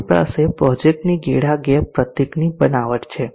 તમારી પાસે પ્રોજેક્ટની ગેડા ગેપ પ્રતીકની બનાવટ છે